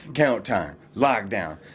account time, lockdown.